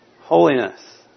holiness